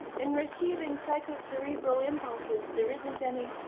in receiving psychocerebral impulses there isn't any.